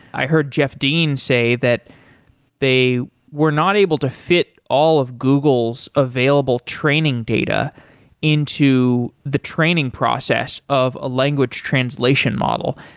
i heard jeff dean say that they were not able to fit all of google's available training data into the training process of a language translation model.